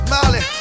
Molly